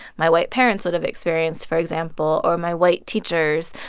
my white parents would've experienced, for example, or my white teachers.